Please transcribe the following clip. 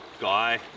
guy